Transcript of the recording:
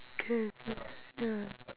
can also ya